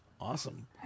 Awesome